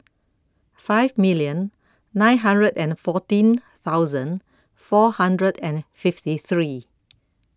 five million nine hundred and fourteen thousand four hundred and fifty three